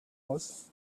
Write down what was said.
was